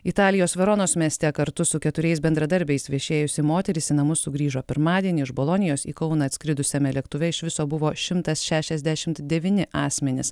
italijos veronos mieste kartu su keturiais bendradarbiais viešėjusi moteris į namus sugrįžo pirmadienį iš bolonijos į kauną atskridusiame lėktuve iš viso buvo šimtas šešiasdešimt devyni asmenys